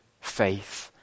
faith